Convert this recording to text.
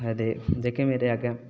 ते जेह्के मेरे अग्गै